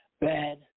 bad